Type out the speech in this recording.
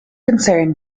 concern